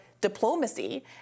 diplomacy